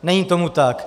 Není tomu tak.